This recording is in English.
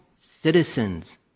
citizens